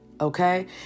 Okay